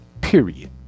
Period